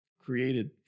created